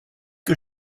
que